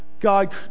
God